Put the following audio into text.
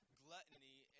gluttony